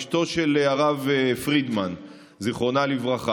אשתו של הרב פרידמן ז"ל.